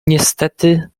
niestety